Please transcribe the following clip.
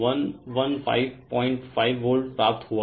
Refer Slide Time 1753 तो 1155 volt प्राप्त हुआ